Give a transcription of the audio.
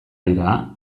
dira